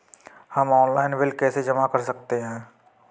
हम online bill कैसे जमा कर सकते हैं?